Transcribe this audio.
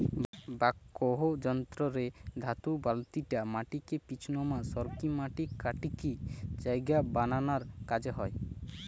backhoe যন্ত্র রে ধাতু বালতিটা মাটিকে পিছনমা সরিকি মাটি কাটিকি জায়গা বানানার কাজ হয়